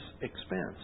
expense